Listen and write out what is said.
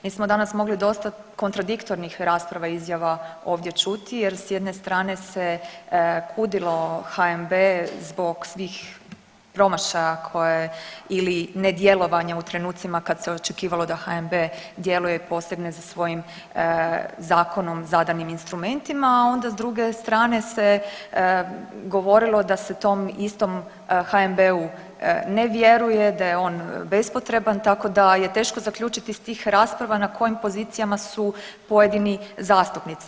Mi smo danas mogli dosta kontradiktornih rasprava i izjava ovdje čuti jer s jedne strane se kudilo HNB zbog svih promašaja koje ili ne djelovanja u trenucima kad se očekivalo da HNB djeluje, posebno sa svojim zakonom zadanim instrumentima, a onda s druge strane se govorilo da se tom istom HNB-u ne vjeruje, da je on bespotreban, tako da je teško zaključiti iz tih rasprava na kojim pozicijama su pojedini zastupnici.